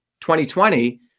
2020